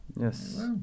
Yes